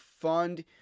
fund